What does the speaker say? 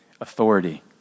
authority